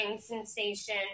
sensation